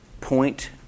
point